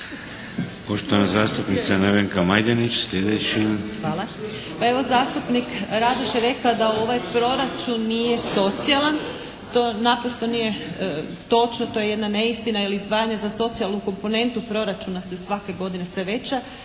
Poštovana zastupnica Nevenka Majdenić, sljedeći. **Majdenić, Nevenka (HDZ)** Hvala. Pa evo zastupnik Radoš je rekao da ovaj proračun nije socijalan. To naprosto nije točno. To je jedna neistina, jer izdvajanje za socijalnu komponentu proračuna su svake godine sve veća